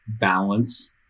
balance